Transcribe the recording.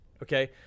Okay